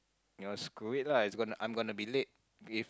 you know screw it lah I'm I'm going to be late if